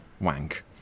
wank